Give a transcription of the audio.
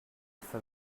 for